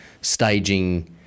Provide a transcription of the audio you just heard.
staging